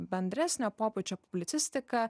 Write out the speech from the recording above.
bendresnio pobūdžio publicistika